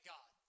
God